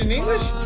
um english,